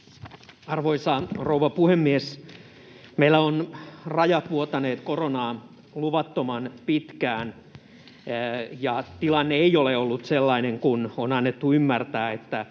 Arvoisa rouva puhemies! Meillä ovat rajat vuotaneet koronaa luvattoman pitkään, ja tilanne ei ole ollut sellainen kuin on annettu ymmärtää, että